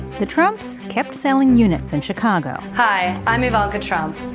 the trumps kept selling units in chicago hi. i'm ivanka trump.